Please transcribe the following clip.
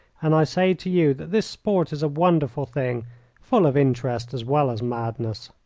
and i say to you that this sport is a wonderful thing full of interest as well as madness.